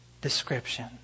description